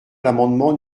l’amendement